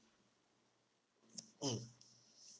mm